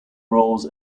roles